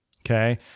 Okay